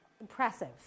Impressive